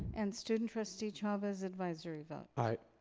and student trustee chavez, advisory vote? aye.